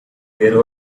there